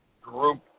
group